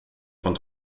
von